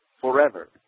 forever